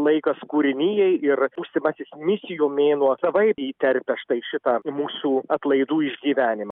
laikas kūrinijai ir būsimasis misijų mėnuo savaip įterpia štai šitą mūsų atlaidų išgyvenimą